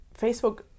Facebook